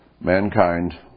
mankind